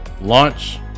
launch